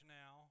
now